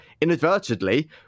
Inadvertently